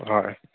হয়